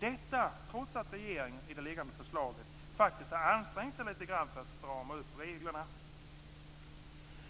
Detta gör vi trots att regeringen faktiskt i det liggande förslaget har ansträngt sig litet grand för att strama upp reglerna.